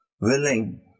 willing